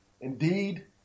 Indeed